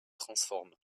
transforment